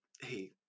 hey